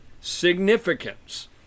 significance